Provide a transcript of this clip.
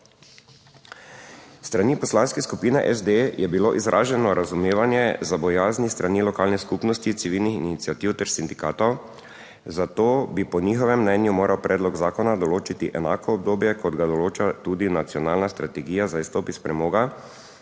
strani Poslanske skupine SD je bilo izraženo razumevanje za bojazni s strani lokalne skupnosti, civilnih iniciativ ter sindikatov, zato bi po njihovem mnenju moral predlog zakona določiti enako obdobje, kot ga določa tudi nacionalna strategija za izstop iz premoga